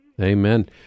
Amen